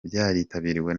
byaritabiriwe